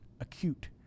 acute